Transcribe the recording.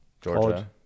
Georgia